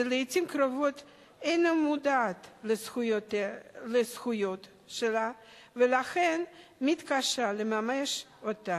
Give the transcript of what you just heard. שלעתים קרובות אינה מודעת לזכויות שלה ולכן מתקשה לממש אותן.